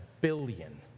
billion